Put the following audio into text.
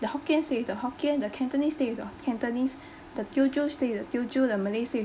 the hokkien stay with the hokkien the cantonese stay with the cantonese the teochew stay with the teochew the malay stay with